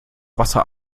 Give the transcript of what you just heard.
wasser